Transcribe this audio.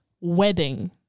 wedding